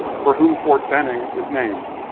for whom fort benning is named.